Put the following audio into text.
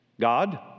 God